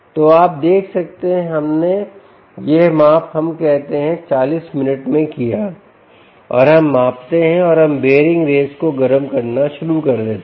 तो आप देख सकते हैं कि हमने यह माप हम कहते हैं 40minutes में किया और हम मापते हैं और हम बेयरिंग रेस को गर्म करना शुरू कर देते हैं